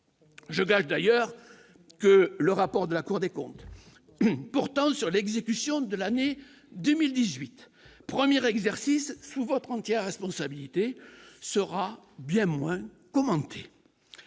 je gage d'ailleurs que le rapport de la Cour des comptes, pourtant sur l'exécution de l'année 2 1000 18 premières exercice sous votre entière responsabilité sera bien moins commenté